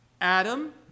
Adam